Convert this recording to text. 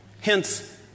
Hence